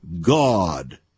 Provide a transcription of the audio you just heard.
God